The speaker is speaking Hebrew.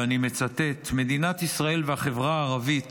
ואני מצטט: מדינת ישראל והחברה הערבית